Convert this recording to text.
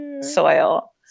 soil